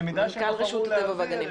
במידה שהם בחרו להעביר,